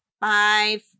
Five